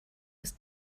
ist